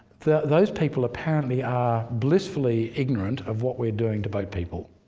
those people apparently are blissfully ignorant of what we're doing to boat people.